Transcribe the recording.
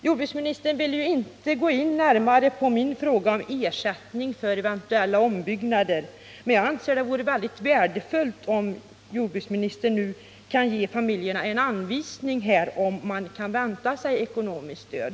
Jordbruksministern ville inte närmare gå in på min fråga om ersättning för eventuella ombyggnader, men jag anser att det vore mycket värdefullt om jordbruksministern kunde ge familjerna ett besked om huruvida de kan vänta sig ekonomiskt stöd.